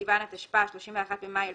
בסיון התשפ"א (31 במאי 2020),